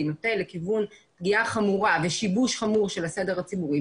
נוטה לכיוון פגיעה חמורה ושיבוש חמור של הסדר הציבורי,